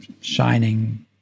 shining